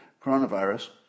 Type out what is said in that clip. coronavirus